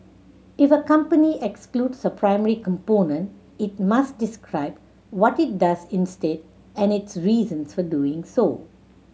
if a company excludes a primary component it must describe what it does instead and its reasons for doing so